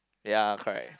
ya correct